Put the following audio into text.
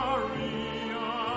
Maria